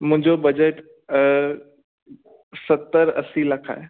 मुंहिंजो बजट सतरि असीं लख आहे